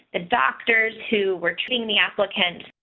the doctors, who were treating the applicant.